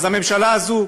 אז הממשלה הזו,